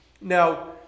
Now